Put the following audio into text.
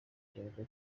cyangwa